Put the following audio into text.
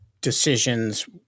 decisions